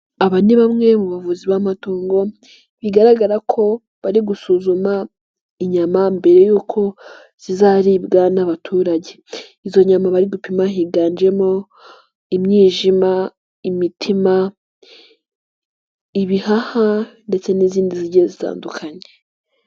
Aba ni bamwe mu bavuzi b'amatungo bigaragara ko bari gusuzuma inyama mbere y'uko zizaribwa n'abaturage, izo nyama bari gupima higanjemo imyijima, imitima, ibihaha ndetse n'izindi zigiye zitandukanye.